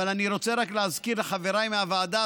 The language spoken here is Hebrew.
אני רוצה רק להזכיר לחבריי מהוועדה,